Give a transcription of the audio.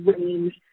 range